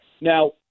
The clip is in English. Now